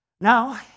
Now